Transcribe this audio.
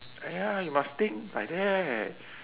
ah ya you must think like that